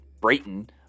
Brayton